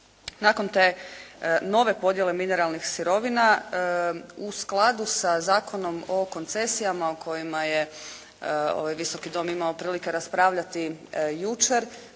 Nakon te nove podjele mineralnih sirovina u skladu sa Zakonom o koncesijama o kojima je ovaj Visoki dom imao prilike raspravljati jučer,